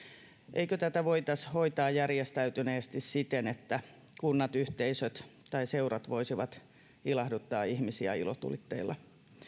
eikö tätä voitaisi hoitaa järjestäytyneesti siten että kunnat yhteisöt tai seurat voisivat ilahduttaa ihmisiä ilotulitteilla